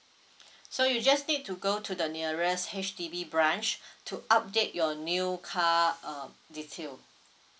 so you just need to go to the nearest H_D_B branch to update your new car uh detail